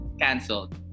cancelled